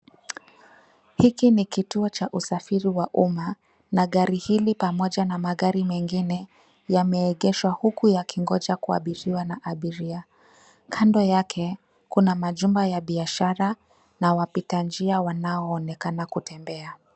Hiki ni kituo cha usafiri wa umma, na gari hili pamoja na magari mengine, yameegeshwa huku yakingoja kuabiriwa na abiria. Kando yake, kuna majumba ya biashara, na wapita njia wanaoonekana.